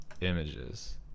Images